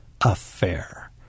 affair